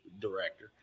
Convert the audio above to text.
director